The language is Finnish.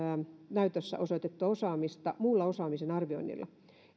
näytössä osoitettua osaamista muulla osaamisen arvioinnilla